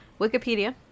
Wikipedia